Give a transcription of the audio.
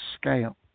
scale